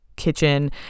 kitchen